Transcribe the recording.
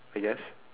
I guess